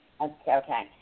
Okay